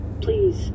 Please